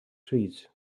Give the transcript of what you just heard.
trees